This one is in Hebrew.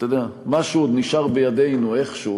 אתה יודע, משהו עוד נשאר בידינו איכשהו.